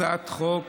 הצעת חוק